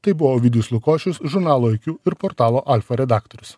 tai buvo ovidijus lukošius žurnalo iq ir portalo alfa redaktorius